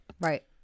Right